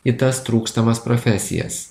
į tas trūkstamas profesijas